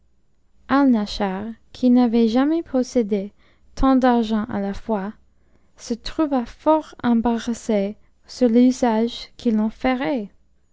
qui n'avait jamais possédé tant d'argent à la fois se trouva fort embarrassé sur l'usage qu'il en ferait